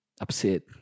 upset